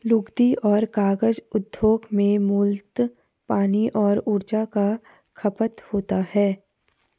लुगदी और कागज उद्योग में मूलतः पानी और ऊर्जा का खपत होता है